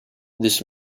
this